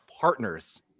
partners